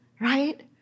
Right